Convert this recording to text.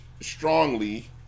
strongly